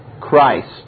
Christ